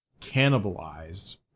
cannibalized